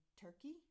Turkey